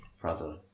brother